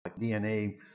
DNA